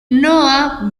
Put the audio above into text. noah